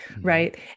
right